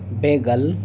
پیگل